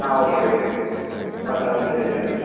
ആ okay okay Pathanamthitta ജില്ല അല്ലേ